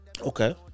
Okay